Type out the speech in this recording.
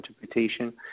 interpretation